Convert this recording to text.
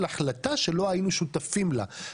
על החלטה שלא היינו שותפים לה.